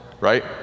right